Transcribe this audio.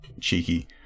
cheeky